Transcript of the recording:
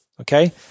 okay